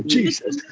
Jesus